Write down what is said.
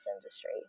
industry